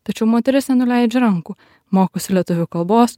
tačiau moteris nenuleidžia rankų mokosi lietuvių kalbos